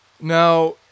Now